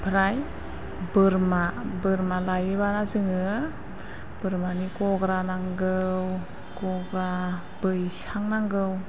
ओमफ्राय बोरमा बोरमा लायोब्ला जोङो बोरमानि गग्रा नांगौ गग्रा बैसां नांगौ